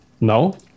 No